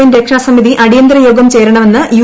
N രക്ഷാസമിതി അടിയന്തര യോഗം ചേരണമെന്ന് യു